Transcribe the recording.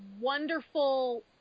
wonderful